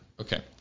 Okay